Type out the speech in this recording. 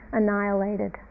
annihilated